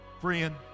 Friend